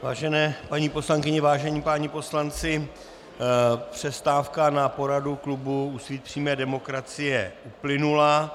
Vážené paní poslankyně, vážení páni poslanci, přestávka na poradu klubu Úsvit přímé demokracie uplynula.